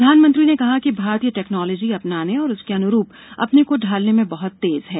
प्रधानमंत्री ने कहा कि भारतीय टेक्नोलाजी अपनाने और उसके अनुरूप अपने को ढालने में बहत तेज हैं